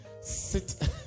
sit